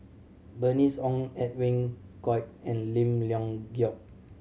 Bernice Ong Edwin Koek and Lim Leong Geok